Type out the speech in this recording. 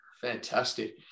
Fantastic